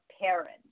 parents